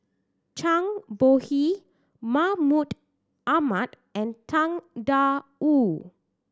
Zhang Bohe Mahmud Ahmad and Tang Da Wu